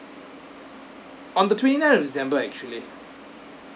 on the twenty ninth of december actually